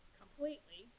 completely